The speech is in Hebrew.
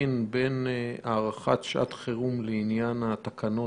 להבחין בין הארכת שעת חירום לעניין התקנות